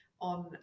on